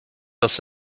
dass